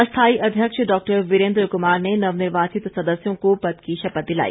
अस्थाई अध्यक्ष डॉ वीरेन्द्र कुमार ने नवनिर्वाचित सदस्यों को पद की शपथ दिलाई